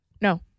No